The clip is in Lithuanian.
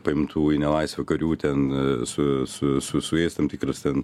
paimtų į nelaisvę karių ten su su su su jais tam tikras ten